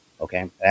okay